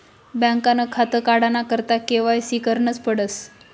बँकनं खातं काढाना करता के.वाय.सी करनच पडस